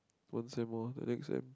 one seven one the next sem